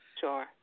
sure